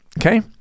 Okay